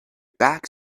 back